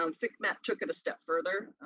um fcmat took it a step further,